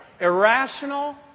Irrational